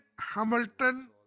Hamilton